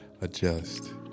adjust